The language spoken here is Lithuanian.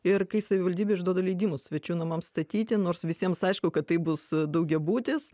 ir kai savivaldybė išduoda leidimus svečių namams statyti nors visiems aišku kad tai bus daugiabutis